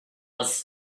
was